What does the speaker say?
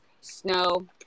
snow